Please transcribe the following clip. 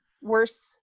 worse